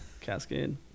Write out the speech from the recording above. Cascade